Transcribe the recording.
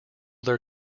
their